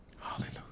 Hallelujah